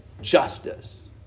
Justice